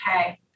okay